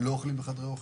לא אוכלים בחדרי האוכל.